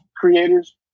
creators